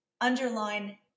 underline